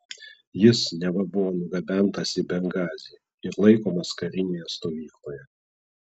jis neva buvo nugabentas į bengazį ir laikomas karinėje stovykloje